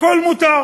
הכול מותר.